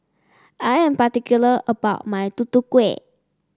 I am particular about my Tutu Kueh